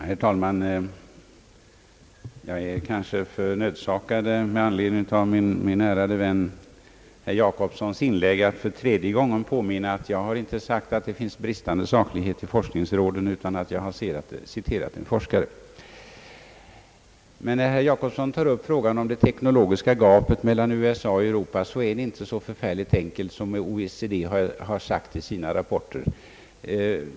Herr talman! Med anledning av min ärade vän herr Jacobssons inlägg är jag kanske nödsakad att för tredje gången påminna om att jag inte har sagt att det finns bristande saklighet i forskningsråden utan att jag har citerat en forskare på den punkten. Herr Jacobsson tog också upp frågan om det teknologiska gapet mellan USA och Europa. Beträffande den saken är det emellertid inte så enkelt som OECD har sagt i sina rapporter.